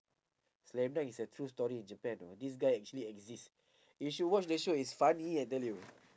slam dunk is a true story in japan you know this guy actually exists you should watch this show it's funny I tell you